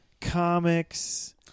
comics